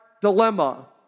dilemma